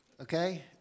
Okay